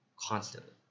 constantly